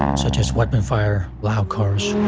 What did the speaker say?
um such as weapon fire, loud cars.